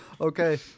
okay